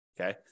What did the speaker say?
Okay